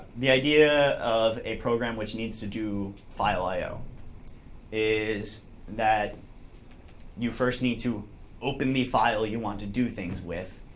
the idea of a program which needs to do file i o is that you first need to open the file you want to do things with,